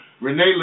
Renee